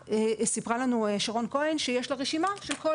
סיפרה לנו שרון כהן שלמשטרה יש רשימה של כול